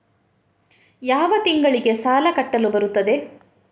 ಯಾವ ತಿಂಗಳಿಗೆ ಸಾಲ ಕಟ್ಟಲು ಬರುತ್ತದೆ?